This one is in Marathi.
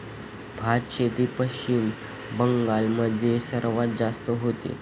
भातशेती पश्चिम बंगाल मध्ये सर्वात जास्त होते